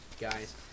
guys